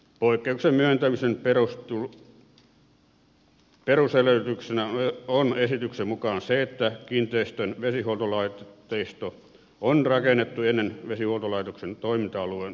poikkeuksen myöntämisen perusedellytyksenä on esityksen mukaan se että kiinteistön vesihuoltolaitteisto on rakennettu ennen vesihuoltolaitoksen toiminta alueen hyväksymistä